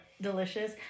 delicious